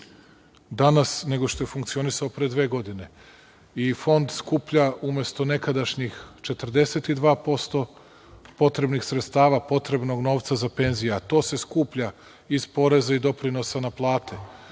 danas nego što je funkcionisao pre dve godine. Fond skuplja, umesto nekadašnjih 42% potrebnih sredstava, potrebnog novca za penzije, a to se skuplja iz poreza i doprinosa na plate.